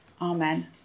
Amen